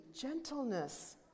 gentleness